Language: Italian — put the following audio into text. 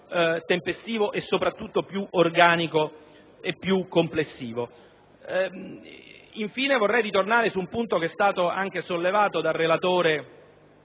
tempestivo e soprattutto più organico e complessivo. Infine, vorrei ritornare su un punto sollevato anche dal relatore